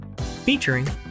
featuring